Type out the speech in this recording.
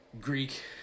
Greek